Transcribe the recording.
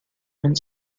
and